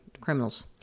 criminals